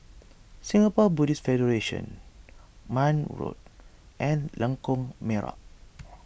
Singapore Buddhist Federation Marne Road and Lengkok Merak